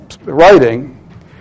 writing